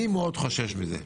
אני חושש מזה מאוד,